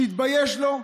שיתבייש לו.